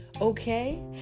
Okay